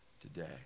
today